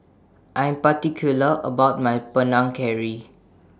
I Am particular about My Panang Curry